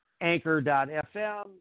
anchor.fm